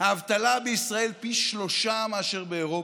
האבטלה בישראל, פי שלושה מאשר באירופה,